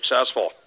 successful